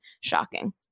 shocking